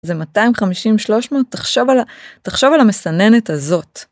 זה 250 300 תחשוב על המסננת הזאת.